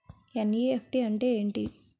NEFT అంటే ఎంటి?